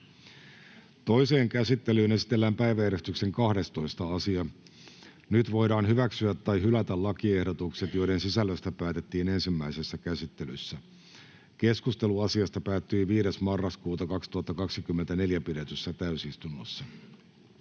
Toiseen käsittelyyn esitellään päiväjärjestyksen 12. asia. Nyt voidaan hyväksyä tai hylätä lakiehdotukset, joiden sisällöstä päätettiin ensimmäisessä käsittelyssä. Keskustelu asiasta päättyi 5.11.2024 pidetyssä täysistunnossa.